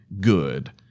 good